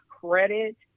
credit